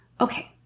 Okay